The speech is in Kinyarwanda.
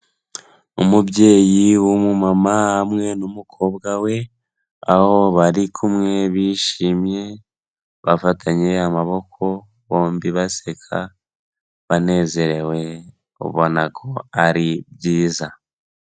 Umubyeyi w'umumama hamwe n'umukobwa we, aho bari kumwe bishimye, bafatanye amaboko bombi baseka, banezerewe, ubona ko ari byiza.